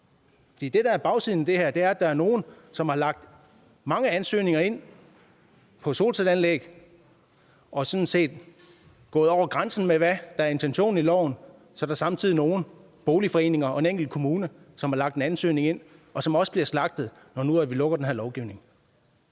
det, der er bagsiden af det her, er, at der er nogle, som har indsendt mange ansøgninger på solcelleanlæg og sådan set er gået over grænsen for, hvad der er intentionen med loven, og så er der samtidig nogle boligforeninger og en kommune, som har sendt en enkelt ansøgning ind, og som også bliver slagtet, når nu vi lukker den her lovgivning.